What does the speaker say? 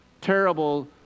terrible